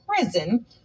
prison